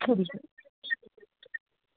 खरी खरी